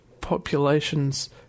populations